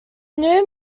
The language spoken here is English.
new